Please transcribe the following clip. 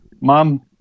mom